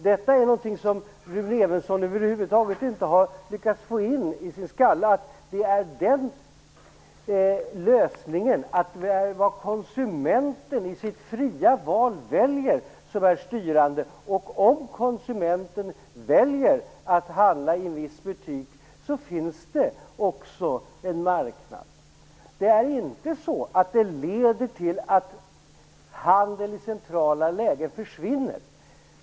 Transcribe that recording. Detta är någonting som Rune Evensson över huvud taget inte har lyckats få in i sin skalle. Det är vad konsumenten i sitt fria val väljer som är styrande. Om konsumenten väljer att handla i en viss butik finns det också en marknad. Detta leder inte till att handeln i centrala lägen försvinner.